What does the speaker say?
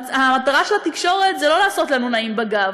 המטרה של התקשורת היא לא לעשות לנו נעים בגב.